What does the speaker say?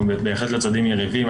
אנחנו בהחלט לא צדדים יריבים.